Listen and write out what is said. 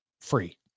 free